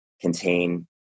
contain